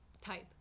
Type